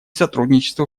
сотрудничеству